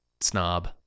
snob